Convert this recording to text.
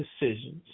decisions